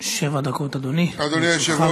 שבע דקות, אדוני, לרשותך.